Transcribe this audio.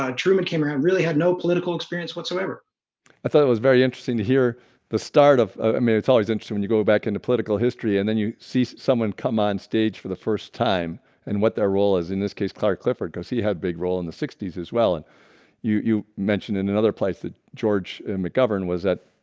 ah truman came around really had no political experience whatsoever i thought it was very interesting to hear the start of i ah mean it's always interesting when you go back into political history and then you see someone come on stage for the first time and what their role is in this case clark clifford because he had a big role in the sixty s as well and you you mentioned in another place that george mcgovern was at?